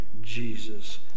Jesus